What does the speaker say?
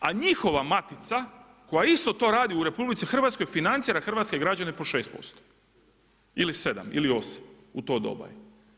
A njihova matica koja isto to radi u RH financira hrvatske građane po 6% ili 7, ili 8, u to doba je.